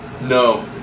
No